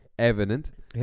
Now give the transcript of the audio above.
evident